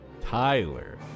Tyler